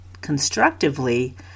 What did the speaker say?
constructively